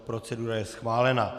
Procedura je schválená.